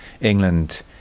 England